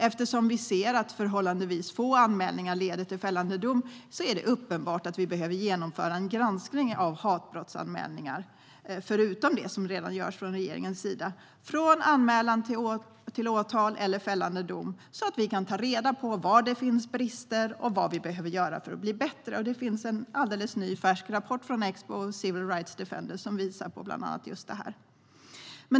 Eftersom vi ser att förhållandevis få anmälningar leder till fällande dom är det uppenbart att vi behöver genomföra en granskning av hatbrottsanmälningar, förutom det som redan görs från regeringens sida, från anmälan till åtal eller fällande dom så att vi kan ta reda på var det finns brister och vad vi behöver göra för att bli bättre. Det finns en alldeles ny, färsk rapport från Expo och Civil Rights Defenders som bland annat visar på just detta.